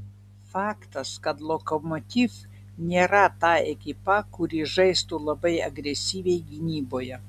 faktas kad lokomotiv nėra ta ekipa kuri žaistų labai agresyviai gynyboje